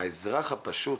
האזרח הפשוט,